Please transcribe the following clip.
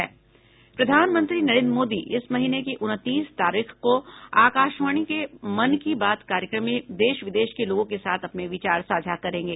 प्रधानमंत्री नरेंद्र मोदी इस महीने की उनतीस तारीख को आकाशवाणी के मन की बात कार्यक्रम में देश विदेश के लोगों के साथ अपने विचार साझा करेंगे